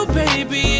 baby